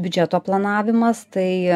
biudžeto planavimas tai